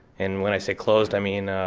and when i say closed, i mean